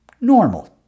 normal